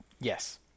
Yes